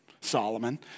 Solomon